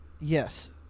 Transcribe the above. yes